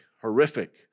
horrific